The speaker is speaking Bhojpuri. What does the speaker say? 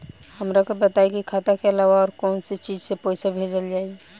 हमरा के बताई की खाता के अलावा और कौन चीज से पइसा भेजल जाई?